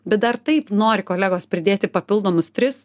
bet dar taip nori kolegos pridėti papildomus tris